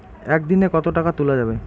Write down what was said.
একদিন এ কতো টাকা তুলা যাবে?